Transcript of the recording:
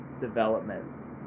developments